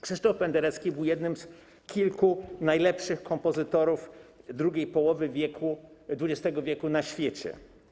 Krzysztof Penderecki był jednym z kilku najlepszych kompozytorów drugiej połowy XX w. na świecie.